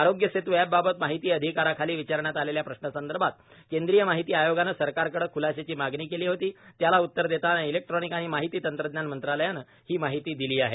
आरोग्य सेतू एपबाबत माहिती अधिकाराखाली विचारण्यात आलेल्या प्रश्नासंदर्भात केंद्रीय माहिती आयोगानं सरकारकडं ख्लाशाची मागणी केली होती त्याला उत्तरदेताना इलेक्ट्रोनिक आणि माहिती तंत्रज्ञान मंत्रालयानं ही माहिती दिली आहे